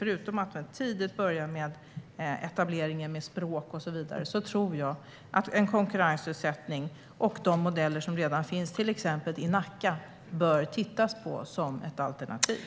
Förutom att man tidigt börjar med etableringen i fråga om språk och så vidare tror jag att en konkurrensutsättning och de modeller som redan finns, till exempel i Nacka, bör tittas på som ett alternativ.